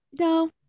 no